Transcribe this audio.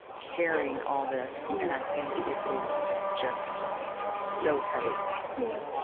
carrying all this, and i think it is just so heavy yeah.